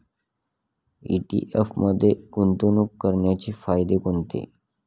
ETF मध्ये गुंतवणूक करण्याचे फायदे कोणते?